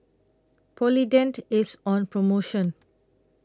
Polident IS on promotion